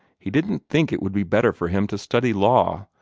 he didn't think it would be better for him to study law,